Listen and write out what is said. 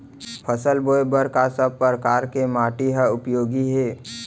फसल बोए बर का सब परकार के माटी हा उपयोगी हे?